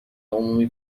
عمومی